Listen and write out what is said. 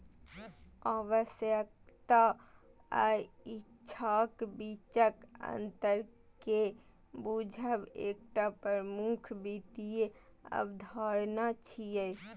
आवश्यकता आ इच्छाक बीचक अंतर कें बूझब एकटा प्रमुख वित्तीय अवधारणा छियै